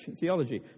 theology